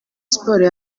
sports